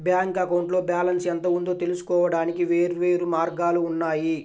bank అకౌంట్లో balance ఎంత ఉందో తెలుసుకోవడానికి వేర్వేరు మార్గాలు ఉన్నాయి